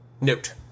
note